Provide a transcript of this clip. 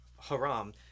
Haram